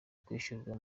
kwishyurwa